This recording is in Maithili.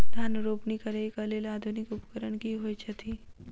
धान रोपनी करै कऽ लेल आधुनिक उपकरण की होइ छथि?